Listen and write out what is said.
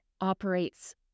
operates